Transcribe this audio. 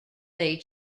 lai